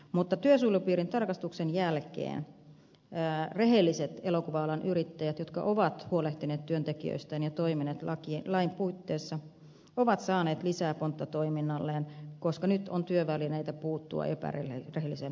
mutta työsuojelutarkastuksen jälkeen rehelliset elokuva alan yrittäjät jotka ovat huolehtineet työntekijöistään ja toimineet lain puitteissa ovat saaneet lisää pontta toiminnalleen koska nyt on työvälineitä puuttua epärehelliseen yrittäjyyteen